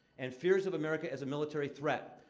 and fears of america as a military threat.